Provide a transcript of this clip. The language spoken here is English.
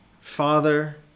Father